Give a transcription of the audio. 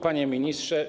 Panie Ministrze!